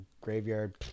graveyard